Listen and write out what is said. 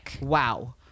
Wow